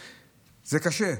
זה קשה,